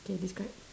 K describe